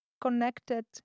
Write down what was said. connected